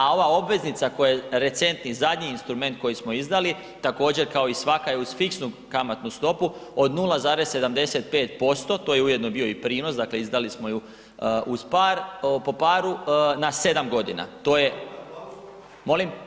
A ova obveznica koja je recentni, zadnji instrument koji smo izdali također kao i svaka je uz fiksnu kamatnu stopu od 0,75%, to je ujedno bio i prinos, dakle izdali smo ju uz par, po paru na 7.g. To je [[Upadica iz klupe se čuje]] Molim?